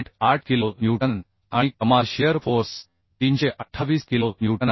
8 kilo newton आणि कमाल shear force 328 kilo newton आहे